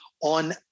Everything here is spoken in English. on